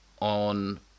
on